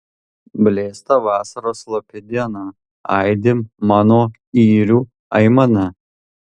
blėsta vasaros slopi diena aidi mano yrių aimana